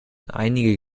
einige